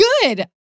good